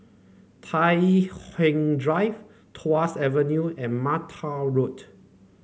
Tai Drive Tuas Avenue and Mata Road